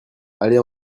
aller